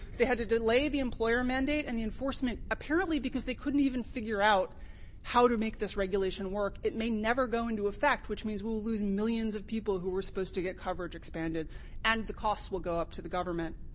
they had to delay the employer mandate and the enforcement, apparently because they couldn't even figure out how to make this regulation work. it may never go into effect, which means we'll lose millions of people who were supposed to get coverage expanded through and the cost will go up to the government.